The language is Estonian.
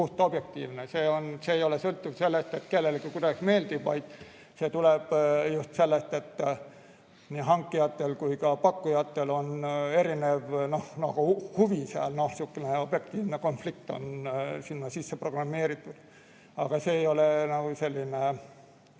puht objektiivne, see ei ole sõltuv sellest, kuidas kellelegi meeldib, vaid see tuleb sellest, et nii hankijatel kui ka pakkujatel on seal erinev huvi, noh, sihukene objektiivne konflikt on sinna sisse programmeeritud. Aga see ei ole poliitilise